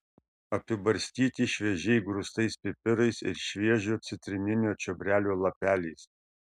apibarstyti šviežiai grūstais pipirais ir šviežio citrininio čiobrelio lapeliais